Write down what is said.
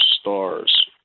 stars